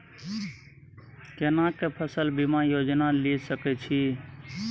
केना के फसल बीमा योजना लीए सके छी?